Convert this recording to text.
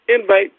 invite